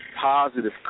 positive